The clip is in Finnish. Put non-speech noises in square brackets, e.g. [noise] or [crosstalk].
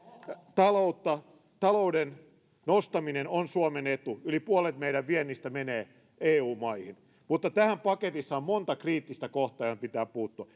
talouden nostaminen on suomen etu yli puolet meidän viennistämme menee eu maihin mutta paketissa on monta kriittistä kohtaa joihin pitää puuttua [unintelligible]